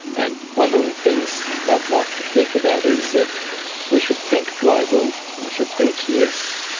and one of the things i'd like to think about is that we should think global, we should think yes,